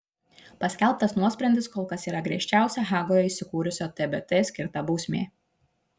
paskelbtas nuosprendis kol kas yra griežčiausia hagoje įsikūrusio tbt skirta bausmė